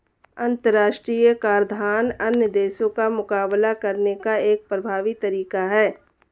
अंतर्राष्ट्रीय कराधान अन्य देशों का मुकाबला करने का एक प्रभावी तरीका है